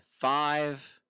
five